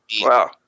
wow